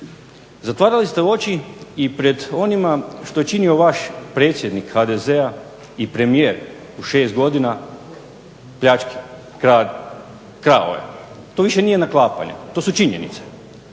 Zatvarali ste oči i pred onime što je činio vaš predsjednik HDZ-a i premijer u 6 godina, pljačka, krade, krao je. To više nije naklapanje, to su činjenice.